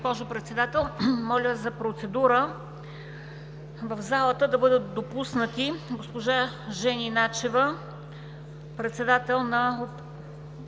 госпожо Председател. Моля за процедура – в залата да бъдат допуснати госпожа Жени Начева, председател на